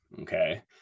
okay